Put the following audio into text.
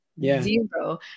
zero